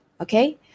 Okay